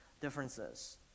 differences